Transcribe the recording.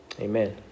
Amen